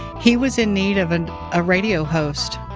he was in need of and a radio host,